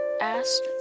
asked